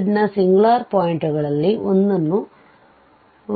fನ singular point ಗಳಲ್ಲಿ ಒಂದನ್ನು